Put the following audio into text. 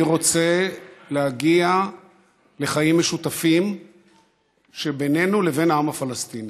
אני רוצה להגיע לחיים משותפים בינינו לבין העם הפלסטיני,